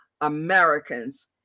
Americans